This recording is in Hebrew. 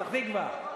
בפתח-תקווה,